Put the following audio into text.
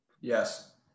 Yes